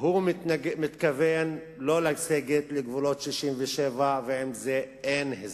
הוא מתכוון שלא לסגת לגבולות 67' עם זה אין הסדר,